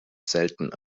selten